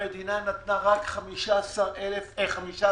המדינה נתנה רק 15% ערבות.